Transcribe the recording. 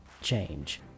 Change